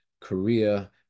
Korea